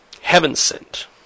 heaven-sent